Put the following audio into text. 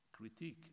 critique